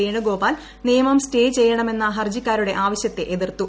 വേണുഗോപാൽ നിയമം സ്റ്റേ ചെയ്യണമെന്ന ഹർജ്ജിക്കാരുടെ ആവശ്യത്തെ എതിർത്തു